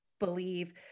believe